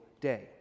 day